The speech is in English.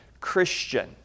Christian